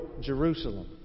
Jerusalem